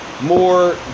more